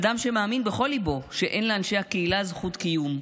אדם שמאמין בכל ליבו שאין לאנשי הקהילה זכות קיום,